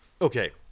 okay